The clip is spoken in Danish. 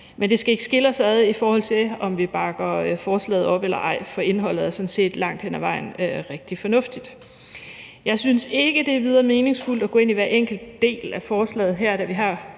Men det skal ikke skille os ad, i forhold til om vi bakker forslaget op eller ej, for indholdet er sådan set langt hen ad vejen rigtig fornuftigt. Jeg synes ikke, at det er videre meningsfuldt at gå ind i hver enkelt del af forslaget her, da vi har